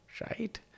Right